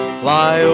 fly